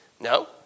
No